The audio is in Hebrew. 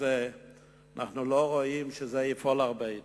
אנחנו לא רואים שזה יפעל הרבה.